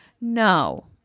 No